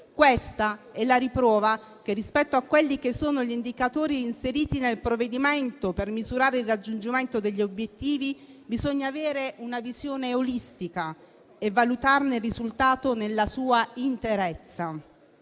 Questa è la riprova che, rispetto agli indicatori inseriti nel provvedimento per misurare il raggiungimento degli obiettivi, bisogna avere una visione olistica e valutare il risultato nella sua interezza.